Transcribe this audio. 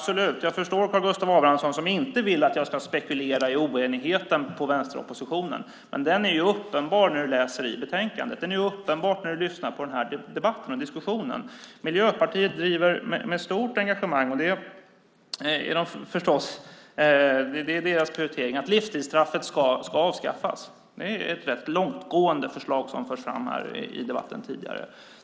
Sedan förstår jag Karl Gustav Abramsson som inte vill att jag ska spekulera i oenigheten hos vänsteroppositionen. Men den är uppenbar när man läser i betänkandet och när man lyssnar på denna debatt och diskussion. Miljöpartiet driver med stort engagemang - det är deras prioritering - att livstidsstraffet ska avskaffas. Det är ett rätt långtgående förslag som har förts fram här i debatten tidigare.